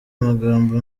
amagambo